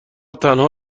تنها